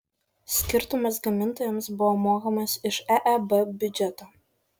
skirtumas gamintojams buvo mokamas iš eeb biudžeto